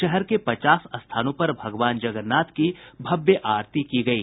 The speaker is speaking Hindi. शहर के पचास स्थानों पर भगवान जगन्नाथ की भव्य आरती की की गयी